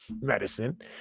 medicine